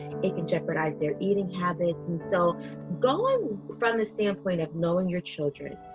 it can jeopardize their eating habits, and so going from the standpoint of knowing your children.